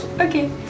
Okay